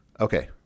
Okay